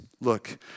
Look